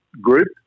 group